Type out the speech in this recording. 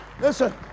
Listen